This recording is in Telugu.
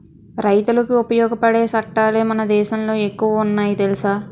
రైతులకి ఉపయోగపడే సట్టాలే మన దేశంలో ఎక్కువ ఉన్నాయి తెలుసా